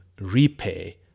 repay